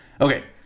Okay